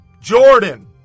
Jordan